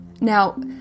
Now